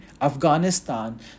Afghanistan